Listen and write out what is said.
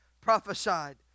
prophesied